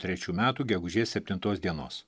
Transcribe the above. trečių metų gegužės septintos dienos